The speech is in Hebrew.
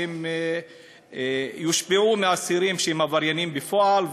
והם יושפעו מאסירים שהם עבריינים בפועל,